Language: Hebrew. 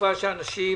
בתקופה שאנשים